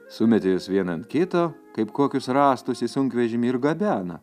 sumetė juos vieną ant kito kaip kokius rąstus į sunkvežimį ir gabena